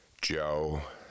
Joe